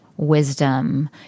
Wisdom